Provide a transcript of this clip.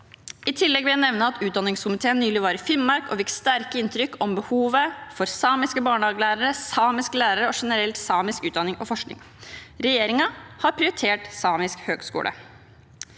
I tillegg vil jeg nevne at utdanningskomiteen nylig var i Finnmark og fikk sterke inntrykk om behovet for samiske barnehagelærere, samiske lærere og generell samisk utdanning og forskning. Regjeringen har prioritert Samisk Høgskole.